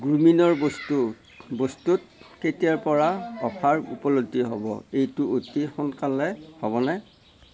গ্ৰুমিনৰ বস্তু বস্তুত কেতিয়াৰ পৰা অফাৰ উপলব্ধি হ'ব এইটো অতি সোনকালেই হ'বনে